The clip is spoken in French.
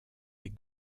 les